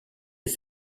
les